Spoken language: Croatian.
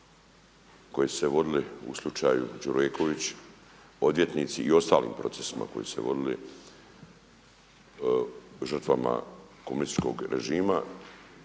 koji su se vodili u slučaju Đureković odvjetnici i u ostalim procesima koji su se vodili žrtvama komunističkog režima